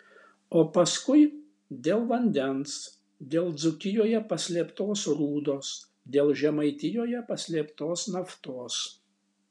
o paskui dėl vandens dėl dzūkijoje paslėptos rūdos dėl žemaitijoje paslėptos naftos